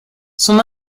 son